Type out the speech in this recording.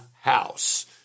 house